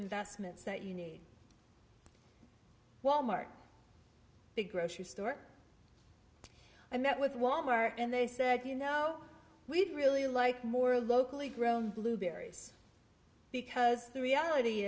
investments that you need wal mart the grocery store i met with wal mart and they said you know we'd really like more locally grown blueberries because the reality